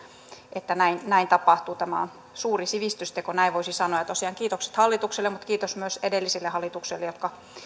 että näin näin tapahtuu tämä on suuri sivistysteko näin voisi sanoa tosiaan kiitokset hallitukselle mutta kiitos myös edellisille hallituksille jotka